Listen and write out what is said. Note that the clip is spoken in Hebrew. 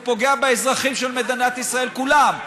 הוא פוגע באזרחים של מדינת ישראל כולם,